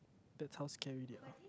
that's how scary they are